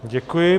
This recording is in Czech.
Děkuji.